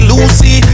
Lucy